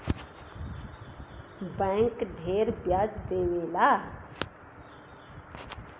bank ढेर ब्याज देवला